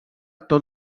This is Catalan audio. tot